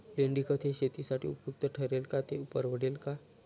लेंडीखत हे शेतीसाठी उपयुक्त ठरेल का, ते परवडेल का?